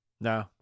No